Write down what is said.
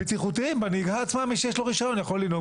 מי שיש לו רישיון יכול לנהוג,